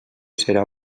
serà